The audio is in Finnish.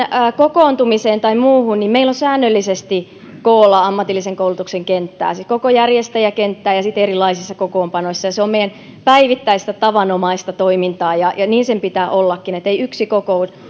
kokoontumiseen tai muuhun meillä on säännöllisesti koolla ammatillisen koulutuksen kenttää siis koko järjestäjäkenttää ja ja sitten erilaisissa kokoonpanoissa se on meidän päivittäistä tavanomaista toimintaamme ja niin sen pitää ollakin ei yksi